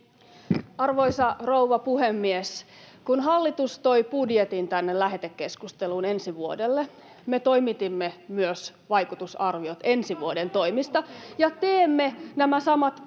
Arvoisa rouva puhemies! Kun hallitus toi budjetin tänne lähetekeskusteluun ensi vuodelle, me toimitimme myös vaikutusarviot ensi vuoden toimista, ja teemme nämä samat vaikutusarviot